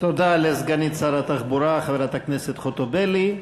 תודה לסגנית שר התחבורה חברת הכנסת חוטובלי.